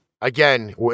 Again